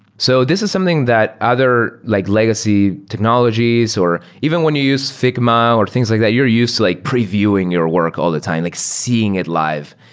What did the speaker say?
so this is something that other like legacy technologies or even when you use figma or things like that, you're used to like previewing your work all the time, like seeing it live.